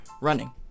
running